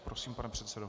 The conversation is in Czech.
Prosím, pane předsedo.